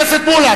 חבר הכנסת מולה,